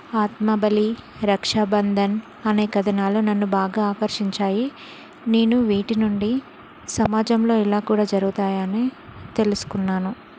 ఆత్మబలి రక్షాబంధన్ అనే కథనాలు నన్ను బాగా ఆకర్షించాయి నేను వీటినుండి సమాజంలో ఇలా కూడా జరుగుతాయని తెలుసుకున్నాను